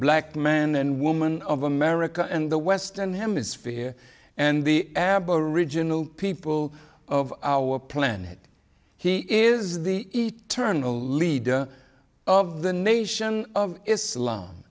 black man and woman of america and the western hemisphere and the aboriginal people of our planet he is the eternal leader of the nation of islam